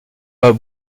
pas